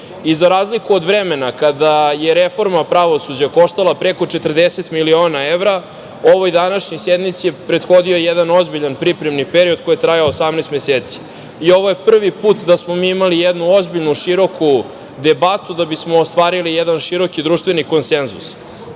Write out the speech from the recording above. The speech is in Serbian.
razliku od vremena kada je reforma pravosuđa koštala preko 40 miliona evra, ovoj današnjoj sednici prethodio je jedan ozbiljan pripremni period koji je trajao 18 meseci. Ovo je prvi put da smo mi imali jednu ozbiljnu, široku debatu da bismo ostvarili jedan široki društveni konsenzus.